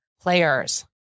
players